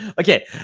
Okay